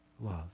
love